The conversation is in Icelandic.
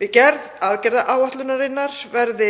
Við gerð aðgerðaáætlunarinnar verði